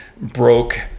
broke